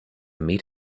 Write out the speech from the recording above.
meet